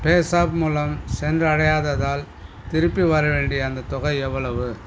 பேஸாப் மூலம் சென்றடையாததால் திருப்பி வரவேண்டிய அந்தத் தொகை எவ்வளவு